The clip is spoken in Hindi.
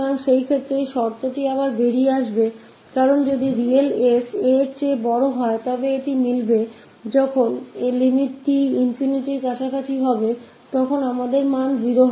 तो उस स्थिति में स्थिति इस वजह से फिर से सामने आएगा कि यदि वास्तविक s a से बड़ा है तो यह संतुष्ट होगा और हम होगा जब सीमा t ∞ तक पहुंचती है तो मान फिर से 0 होगा